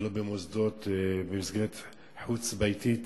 במוסדות במסגרת חוץ-ביתית,